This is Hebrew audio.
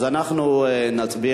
אז אנחנו נצביע.